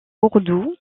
cordoue